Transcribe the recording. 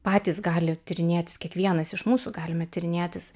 patys gali tyrinėtis kiekvienas iš mūsų galime tyrinėtis